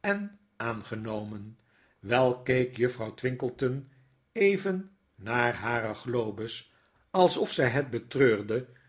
en aangenomen wel keek juffrouw twinkleton even naar hare globes alsof z j het betreurde